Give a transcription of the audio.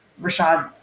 rashad,